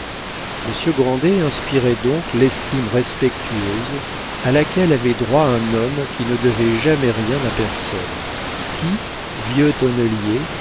monsieur grandet inspirait donc l'estime respectueuse à laquelle avait droit un homme qui ne devait jamais rien à personne qui vieux tonnelier